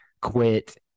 quit